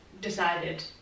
decided